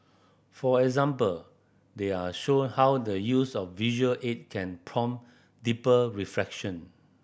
for example they are shown how the use of visual aid can prompt deeper reflection